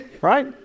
Right